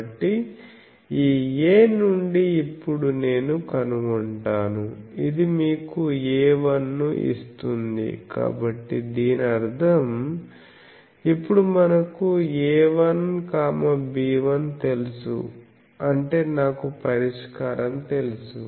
కాబట్టి ఈ A నుండి ఇప్పుడు నేను కనుగొంటాను ఇది మీకు A1 ను ఇస్తుంది కాబట్టి దీని అర్థం ఇప్పుడు మనకు A1 B1 తెలుసు అంటే నాకు పరిష్కారం తెలుసు